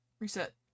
Reset